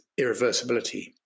irreversibility